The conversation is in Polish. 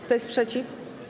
Kto jest przeciw?